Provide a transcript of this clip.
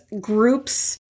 groups